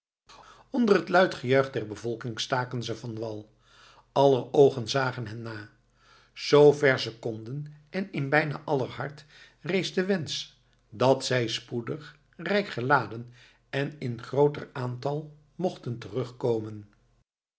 onder het luid gejuich der bevolking staken ze van wal aller oogen zagen hen na zoover ze konden en in bijna aller hart rees de wensen dat ze spoedig rijk geladen en in grooter aantal mochten terugkomen